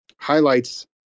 highlights